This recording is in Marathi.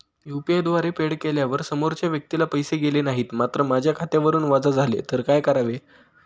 यु.पी.आय द्वारे फेड केल्यावर समोरच्या व्यक्तीला पैसे गेले नाहीत मात्र माझ्या खात्यावरून वजा झाले तर काय करावे?